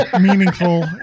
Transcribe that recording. meaningful